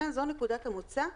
זו נקודת המוצא,